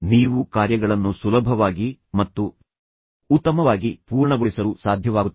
ನೀವು ಕಾರ್ಯಗಳನ್ನು ಸುಲಭವಾಗಿ ಮತ್ತು ಉತ್ತಮವಾಗಿ ಪೂರ್ಣಗೊಳಿಸಲು ಸಾಧ್ಯವಾಗುತ್ತದೆ